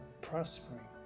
prospering